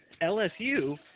LSU